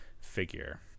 figure